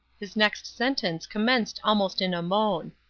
his next sentence commenced almost in a moan.